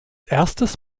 erstes